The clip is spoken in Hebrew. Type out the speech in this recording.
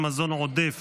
(היעדרות בשל בן זוג בשל אשפוז פג),